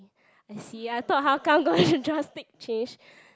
I see I thought how come got such drastic change